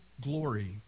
glory